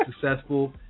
successful